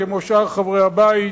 כמו שאר חברי הבית,